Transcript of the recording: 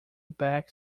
back